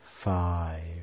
Five